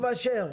יעקב אשר,